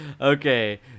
Okay